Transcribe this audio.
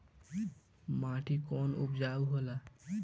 माटी कौन उपजाऊ होला?